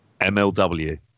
MLW